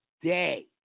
day